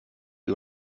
die